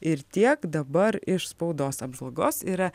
ir tiek dabar iš spaudos apžvalgos yra